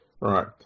right